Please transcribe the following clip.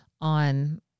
on